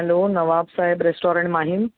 hello Nawab Saheb restaurant Mahim